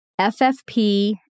FFP